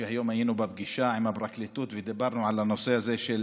שהיום היינו בפגישה עם הפרקליטות ודיברנו על הנושא הזה של